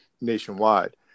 nationwide